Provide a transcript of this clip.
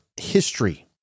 history